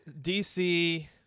dc